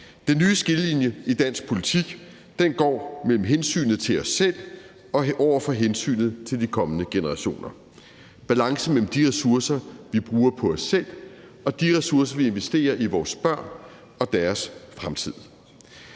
Den nye skillelinje i dansk politik går mellem hensynet til os selv over for hensynet til de kommende generationer. Balancen mellem de ressourcer, vi bruger på os selv, og de ressourcer, vi investerer i vores børn og deres fremtid.